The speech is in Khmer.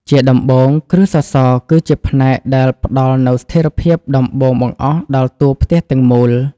ជាដំបូង គ្រឹះសសរគឺជាផ្នែកដែលផ្ដល់នូវស្ថិរភាពដំបូងបង្អស់ដល់តួផ្ទះទាំងមូល។